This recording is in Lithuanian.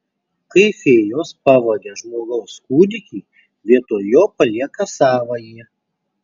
kai fėjos pavagia žmogaus kūdikį vietoj jo palieka savąjį